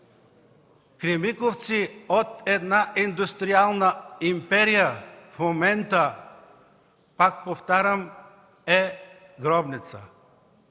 „Кремиковци” от една индустриална империя в момента, пак повтарям, е гробница!